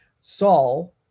Saul